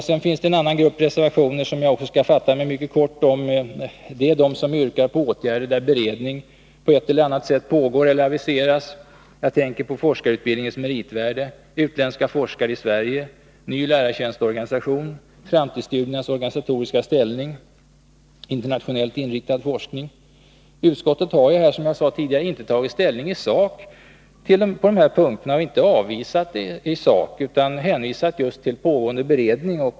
Så finns det en annan grupp reservationer, som jag också skall fatta mig mycket kort om, som yrkar på åtgärder där beredning på ett eller annat sätt pågår eller har aviserats. Jag tänker på reservationerna om forskarutbildningens meritvärde, utländska forskare i Sverige, ny lärartjänstorganisation, framtidsstudiernas organisatoriska ställning och internationellt inriktad forskning. Utskottet har inte tagit ställning i sak på dessa områden utan hänvisat till pågående beredning.